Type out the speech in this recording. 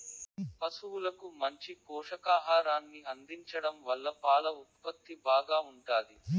పసువులకు మంచి పోషకాహారాన్ని అందించడం వల్ల పాల ఉత్పత్తి బాగా ఉంటాది